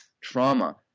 trauma